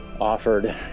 offered